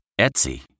Etsy